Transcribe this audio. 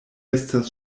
estas